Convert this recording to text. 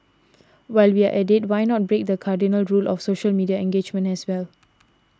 while we are at it why not break the cardinal rule of social media engagement as well